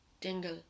Dingle